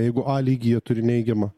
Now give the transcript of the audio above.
jeigu a lygyje turi neigiamą